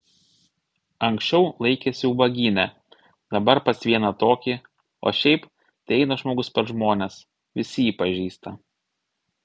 anksčiau laikėsi ubagyne dabar pas vieną tokį o šiaip tai eina žmogus per žmones visi jį pažįsta